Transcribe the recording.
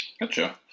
Gotcha